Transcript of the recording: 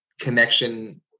connection